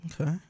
Okay